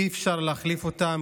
אי-אפשר להחליף אותם.